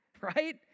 right